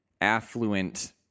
affluent